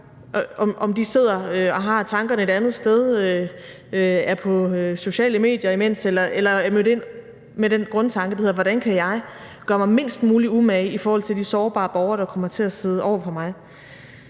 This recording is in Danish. at de sidder og har tankerne et andet sted og er på sociale medier, mens de arbejder, eller at de er mødt ind med en grundtanke om, hvordan de kan gøre sig mindst muligt umage i forhold til de sårbare borgere, de kommer til at sidde over for.